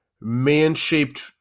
man-shaped